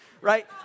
right